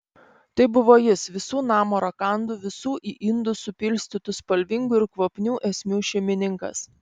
tai buvo jis visų namo rakandų visų į indus supilstytų spalvingų ir kvapnių esmių šeimininkas